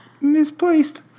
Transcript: misplaced